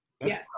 Yes